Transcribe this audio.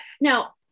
now